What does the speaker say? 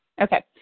Okay